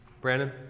Brandon